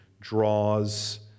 draws